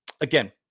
again